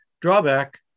drawback